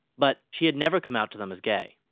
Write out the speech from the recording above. but she had never come out to them as gay.